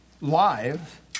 live